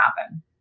happen